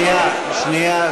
סדר-היום.